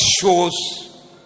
shows